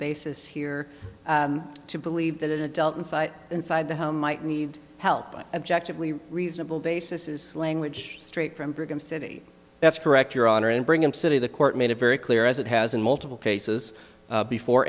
basis here to believe that it dealt inside inside the home might need help objective reasonable basis is language straight from brigham city that's correct your honor and bring him city the court made it very clear as it has in multiple cases before